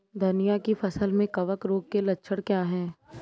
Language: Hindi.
धनिया की फसल में कवक रोग के लक्षण क्या है?